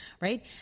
right